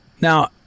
Now